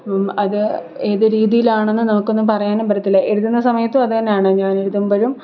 അത് ഏത് രീതിയിലാണെന്ന് നമുക്കൊന്നും പറയാനും പറ്റത്തില്ല എഴുതുന്ന സമയത്തും അതുതന്നെയാണ് ഞാൻ എഴുതുമ്പോഴും